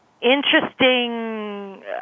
interesting